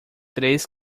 três